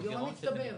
גירעון מצטבר.